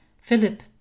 Philip